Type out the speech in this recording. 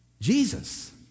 Jesus